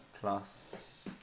plus